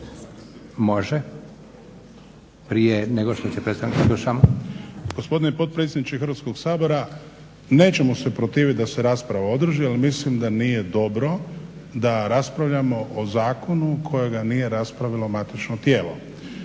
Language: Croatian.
se zbog najave./… **Šuker, Ivan (HDZ)** Gospodine potpredsjedniče Hrvatskog sabora. Nećemo se protivit da se rasprava održi, ali mislim da nije dobro da raspravljamo o zakonu kojega nije raspravilo matično tijelo.